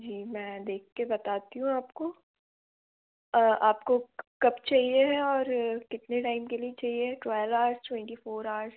जी मैं देख कर बताती हुँ आपको आपको कब चाहिए है और कितने टाइम के लिए चाहिए twelve hours twenty four hours